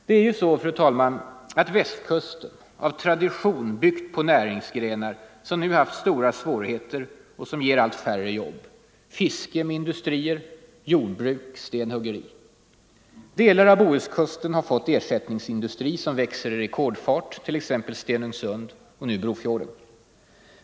Det är ju så att Västkusten av tradition byggt på näringsgrenar som haft stora svårigheter och nu ger allt färre jobb: fiske med industrier, jordbruk, stenhuggeri. Delar av Bohuskusten har fått ersättningsindustri som växer i rekordfart, t.ex. Stenungsund och nu Brofjorden.